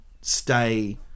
stay